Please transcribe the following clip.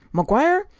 mcguire,